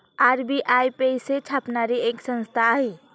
RBI पैसे छापणारी एक संस्था आहे